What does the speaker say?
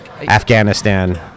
Afghanistan